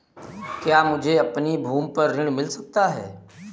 क्या मुझे अपनी भूमि पर ऋण मिल सकता है?